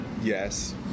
yes